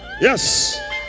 Yes